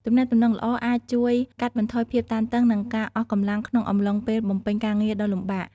ទំនាក់ទំនងល្អអាចជួយកាត់បន្ថយភាពតានតឹង និងការអស់កម្លាំងក្នុងអំឡុងពេលបំពេញការងារដ៏លំបាក។